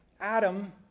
Adam